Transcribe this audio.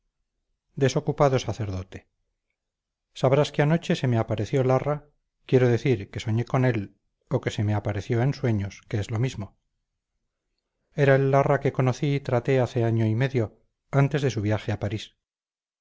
desocupado sacerdote sabrás que anoche se me apareció larra quiero decir que soñé con él o que se me apareció en sueños que es lo mismo era el larra que conocí y traté hace año y medio antes de su viaje a parís